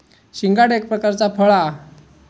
शिंगाडा एक प्रकारचा फळ हा